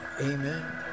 Amen